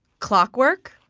clockwork.